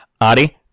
Adi